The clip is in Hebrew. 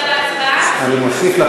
ההצעה להעביר את הצעת